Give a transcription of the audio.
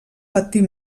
patir